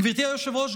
גברתי היושבת-ראש,